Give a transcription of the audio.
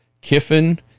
Kiffin